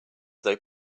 they